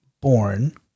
Born